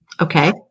Okay